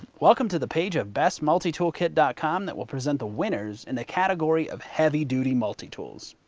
welcome to the page of bestmutitoolkit dot com that will present the winners in the category of heavy duty multitools.